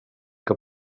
que